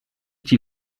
die